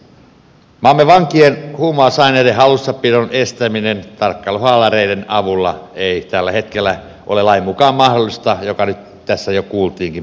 maamme vankien huumausaineiden hallussapidon estäminen tarkkailuhaalareiden avulla ei tällä hetkellä ole lain mukaan mahdollista mikä nyt tässä jo kuultiinkin pariin otteeseen